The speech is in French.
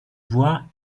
voies